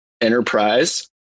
Enterprise